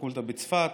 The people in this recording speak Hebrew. הפקולטה בצפת,